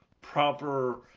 proper